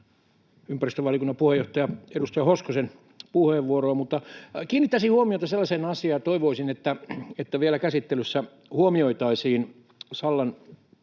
ympäristövaliokunnan entisen puheenjohtajan, arvostamani edustaja Hoskosen, puheenvuoroon. Mutta kiinnittäisin huomiota sellaiseen asiaan ja toivoisin, että vielä käsittelyssä huomioitaisiin Sallan